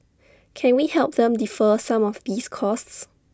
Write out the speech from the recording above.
can we help them defer some of these costs